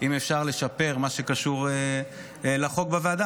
אם אפשר לשפר במה שקשור לחוק בוועדה,